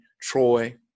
Troy